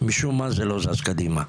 משום מה זה לא זז קדימה.